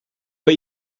but